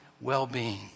well-being